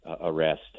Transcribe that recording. arrest